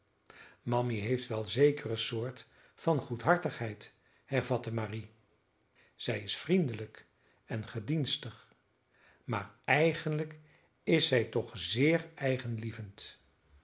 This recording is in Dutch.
mammy heeft wel zekere soort van goedhartigheid hervatte marie zij is vriendelijk en gedienstig maar eigenlijk is zij toch zeer